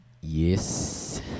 Yes